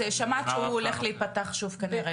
אז שמעת שהוא הולך להיפתח שוב כנראה.